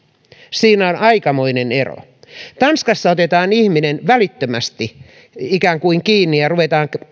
siinä on aikamoinen ero tanskassa otetaan ihminen välittömästi ikään kuin kiinni ja ruvetaan